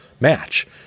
match